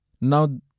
Now